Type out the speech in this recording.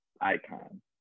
icon